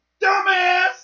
dumbass